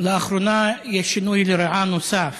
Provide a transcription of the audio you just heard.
לאחרונה יש שינוי נוסף